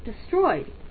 destroyed